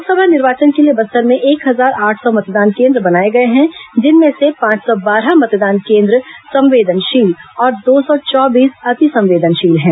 लोकसभा निर्वाचन के लिए बस्तर में एक हजार आठ सौ मतदान केन्द्र बनाए गए हैं जिनमें से पांच सौ बारह मतदान केंद्र संवेदनशील और दो सौ चौबीस अति संवेदनशील हैं